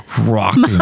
Rocking